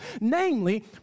Namely